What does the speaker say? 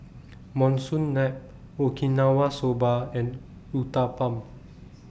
Monsunabe Okinawa Soba and Uthapam